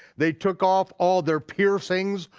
they took off all their piercings,